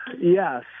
yes